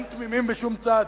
אין תמימים בשום צד